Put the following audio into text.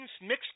mixed